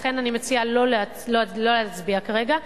לכן, אני מציעה לא להצביע כרגע.